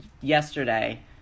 yesterday